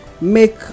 make